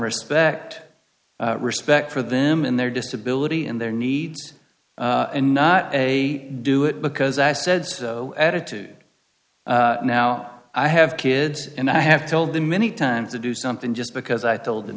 respect respect for them and their disability and their needs and not a do it because i said added to it now i have kids and i have told them many times to do something just because i told them